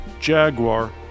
Jaguar